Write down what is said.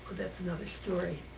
that's another story.